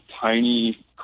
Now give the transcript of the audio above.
tiny